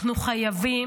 אנחנו חייבים,